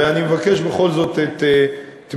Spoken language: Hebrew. ואני מבקש בכל זאת את תמיכתכם.